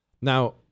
Now